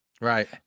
Right